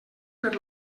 per